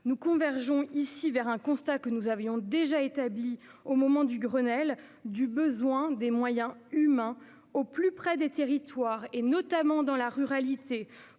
Nous convergeons ici vers un constat déjà établi au moment du Grenelle : nous avons besoin de moyens humains au plus près des territoires, notamment dans la ruralité,